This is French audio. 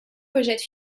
rejette